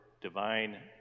divine